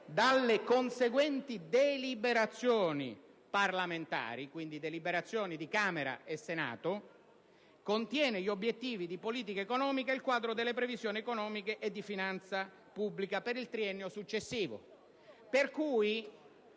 dalle conseguenti deliberazioni parlamentari - dunque di Camera e Senato - contiene gli obiettivi di politica economica e il quadro delle previsioni economiche e di finanza pubblica per il triennio successivo. Si